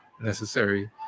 necessary